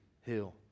hill